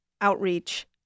outreach